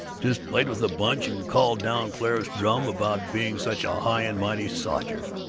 just played with the bunch, and called down clarence drum about being such a high-and-mighty sodger.